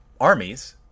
armies